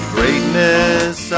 Greatness